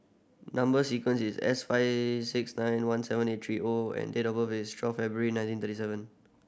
number sequence is S five six nine one seven eight three O and date of birth is twelve February nineteen thirty seven